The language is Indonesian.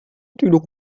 tidak